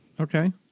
Okay